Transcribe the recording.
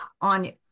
on